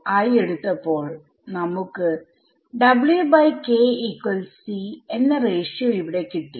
ആയി എടുത്തപ്പോൾ നമുക്ക് എന്ന റേഷിയോ ഇവിടെ കിട്ടി